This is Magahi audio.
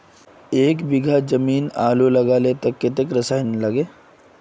एक बीघा जमीन आलू लगाले तो कतेक रासायनिक लगे?